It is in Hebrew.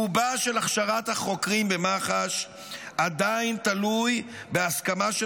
רובה של הכשרת החוקרים במח"ש עדיין תלוי בהסכמה של